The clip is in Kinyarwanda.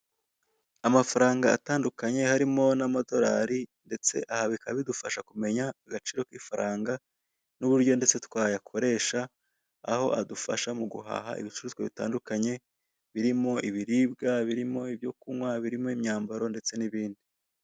Amafaranga atandukanye harimo n'amadorari ndetse aha bikaba bidufasha kumenya agaciro k'ifaranga n'uburyo ndetse twayakoresha, aho adufasha mu guhaha ibicuruzwa bitandukanye birimo ibiribwa, birimo ibyo kunywa, birimo imyambaro ndetse n'ibindi.